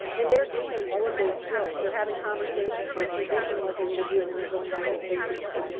and they're doing all of those skills. they're having conversations. they're predicting what they need to do. and then they're going back and fixing those.